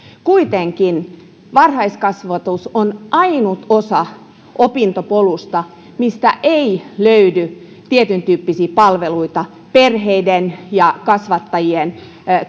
kuitenkin varhaiskasvatus on ainut osa opintopolusta mistä ei löydy tietyntyyppisiä palveluita perheiden ja kasvattajien